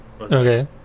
Okay